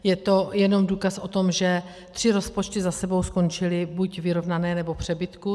Je to jenom důkaz o tom, že tři rozpočty za sebou skončily buď vyrovnané, nebo v přebytku.